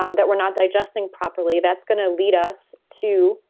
um that we're not digesting properly, that's going to lead us to